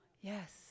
Yes